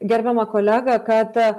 gerbiamą kolegą kad